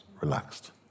relaxed